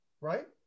right